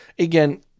Again